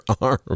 arm